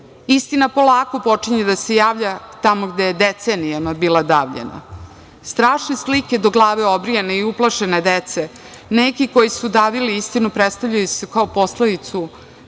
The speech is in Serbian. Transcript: Istina polako počinje da se javlja tamo gde je decenijama bila davljena. Strašne slike do glave obrijane i uplašene dece neki koji su davili istinu predstavljali su kao posledicu